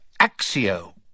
Axio